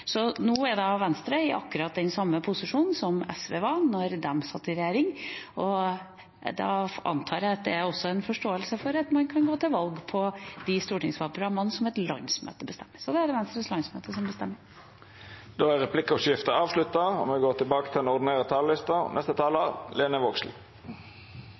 Nå er Venstre i akkurat den samme posisjonen som SV var i da de satt i regjering, og da antar jeg at det også er forståelse for at man kan gå til valg på de stortingsvalgprogram som et landsmøte bestemmer. Så det er det Venstres landsmøte som bestemmer. Replikkordskiftet er avslutta. Den nye regjeringsplattforma inneheld mange punkt og gode mål for justissektoren. Erklæringa frå i går